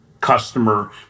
customer